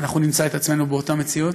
אנחנו נמצא את עצמנו באותה מציאות.